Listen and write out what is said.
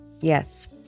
Yes